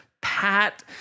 pat